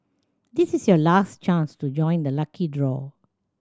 this is your last chance to join the lucky draw